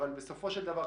אבל בסופו של דבר,